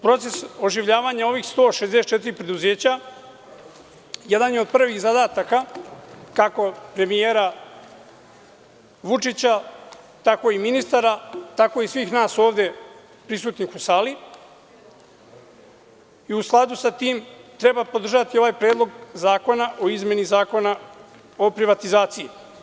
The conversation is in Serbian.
Proces oživljavanja ovih 164 preduzeća, jedan je od prvih zadataka kako premijera Vučića tako i ministara, tako i svih nas ovde prisutnih u sali i u skladu sa tim treba podržati ovaj Predlog zakona o izmeni Zakona o privatizaciji.